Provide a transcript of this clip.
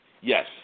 Yes